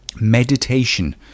Meditation